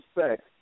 sex